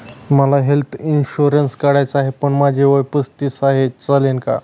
मला health insurance काढायचा आहे पण माझे वय पस्तीस आहे, चालेल का?